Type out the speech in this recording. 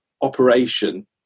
operation